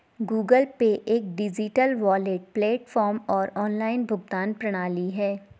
Google Pay एक digital wallet platform और online भुगतान प्रणाली है